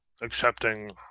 Accepting